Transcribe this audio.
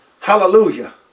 Hallelujah